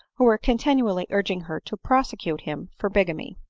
who were continually urging her to prosecute him for bigamy.